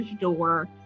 door